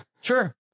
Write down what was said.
Sure